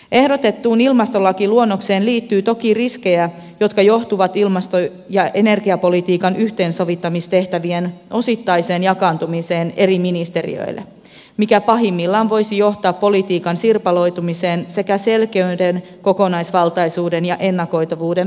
ehdotettuun ilmastolakiluonnokseen liittyy toki riskejä jotka johtuvat ilmasto ja energiapolitiikan yhteensovittamistehtävien osittaisesta jakaantumisesta eri ministeriöille mikä pahimmillaan voisi johtaa politiikan sirpaloitumiseen sekä selkeyden kokonaisvaltaisuuden ja ennakoitavuuden vähenemiseen